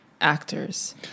actors